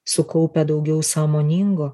sukaupę daugiau sąmoningo